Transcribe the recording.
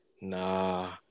Nah